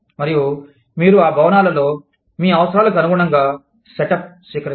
మరియు మీరు ఆ భవనాలలో మీ అవసరాలకు అనుగుణంగా సెటప్ను స్వీకరిస్తారు